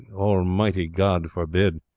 almighty god forbede!